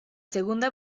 segunda